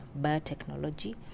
biotechnology